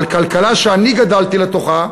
אבל כלכלה שאני גדלתי לתוכה,